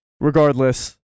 Regardless